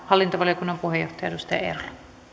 hallintovaliokunnan puheenjohtaja edustaja eerola